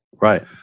Right